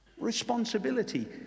responsibility